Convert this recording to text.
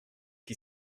qui